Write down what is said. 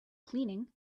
cleaning